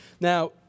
now